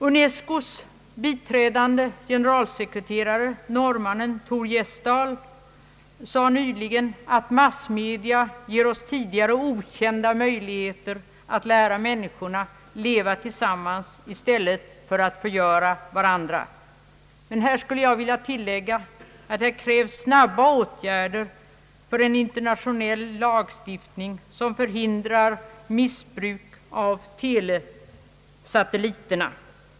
UNESCO:s biträdande generaldirektör, norrmannen Tor Gjesdal, sade nyligen att massmedia ger oss tidigare okända möjligheter att lära människorna leva tillsammans i stället för att förgöra varandra. Här skulle jag vilja tillägga att det krävs snabba åtgärder för en internationell lagstiftning som förhindrar missbruk av telesatelliterna.